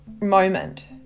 moment